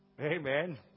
Amen